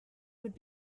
would